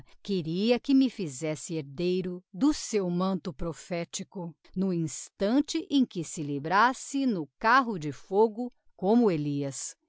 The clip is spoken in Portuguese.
queria que me fizesse herdeiro do seu manto prophetico no instante em que se librasse no carro de fogo como elias